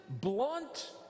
blunt